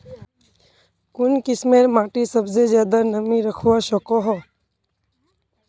कुन किस्मेर माटी सबसे ज्यादा नमी रखवा सको हो?